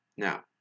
Now